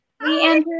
Hi